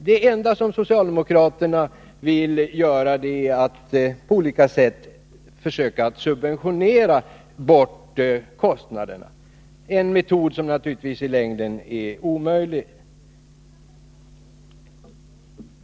Det enda socialdemokraterna vill göra är att på olika sätt försöka subventionera bort kostnaderna — en metod som naturligtvis i längden är omöjlig.